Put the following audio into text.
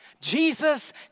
Jesus